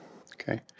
Okay